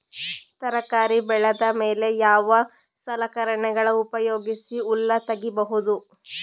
ತರಕಾರಿ ಬೆಳದ ಮೇಲೆ ಯಾವ ಸಲಕರಣೆಗಳ ಉಪಯೋಗಿಸಿ ಹುಲ್ಲ ತಗಿಬಹುದು?